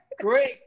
great